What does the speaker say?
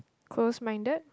close minded